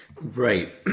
Right